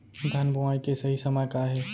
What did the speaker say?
धान बोआई के सही समय का हे?